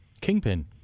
Kingpin